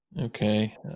okay